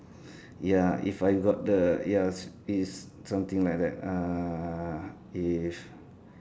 ya if I got the ya is it's something like that uh if